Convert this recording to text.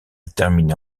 terminer